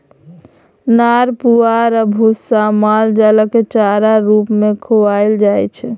नार पुआर आ भुस्सा माल जालकेँ चारा रुप मे खुआएल जाइ छै